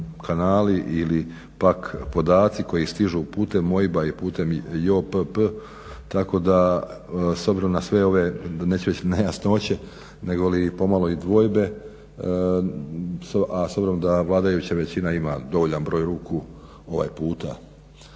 ili pak podaci koji stižu putem OIB-a i putem JOPP tako da s obzirom na sve ove neću reći nejasnoće, negoli pomalo i dvojbe a s obzirom da vladajuća većina ima dovoljan broj ruku ovaj puta